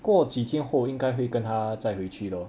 过几天后应该会跟他再回去了